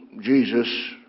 Jesus